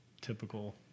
typical